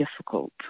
difficult